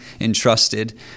Entrusted